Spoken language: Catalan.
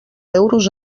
euros